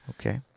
Okay